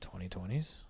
2020s